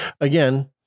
again